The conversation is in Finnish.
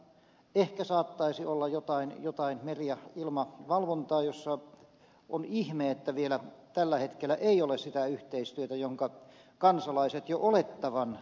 ehkä saattaisi olla jotain meri ja ilmavalvontaa jossa on ihme että vielä tällä hetkellä ei ole sitä yhteistyötä jonka kansalaiset jo olettavat olevan